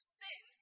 sin